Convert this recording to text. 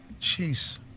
Jeez